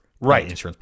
Right